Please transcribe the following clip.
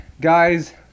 guys